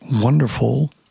wonderful